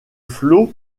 flot